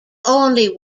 only